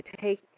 take